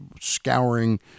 scouring